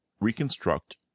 reconstruct